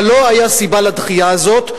אבל לא היתה סיבה לדחייה הזאת,